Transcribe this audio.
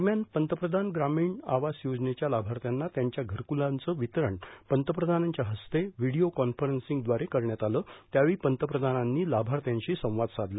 दरम्यान पंतप्रधान ग्रामीण आवास योजनेच्या लाभार्थ्याना त्यांच्या घरकुलांचं वितरण पंतप्रधानांच्या हस्ते व्हिडिओ कॉन्फरन्सिंगद्वारे करण्यात आलं त्यावेळी पंतप्रधानांनी लाभार्थ्याशी संवाद साधला